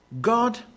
God